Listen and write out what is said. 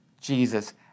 Jesus